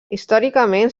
històricament